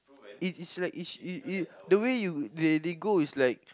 it is like it's you you the way you they they go is like